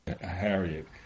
Harriet